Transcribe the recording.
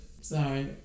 Sorry